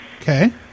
Okay